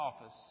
office